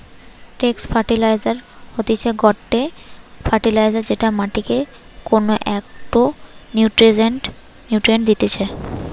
straight fertiliser হতিছে গটে fertiliser যেটা মাটিকে কোনো একটো নিউট্রিয়েন্ট দিতেছে